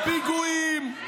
פיגועים,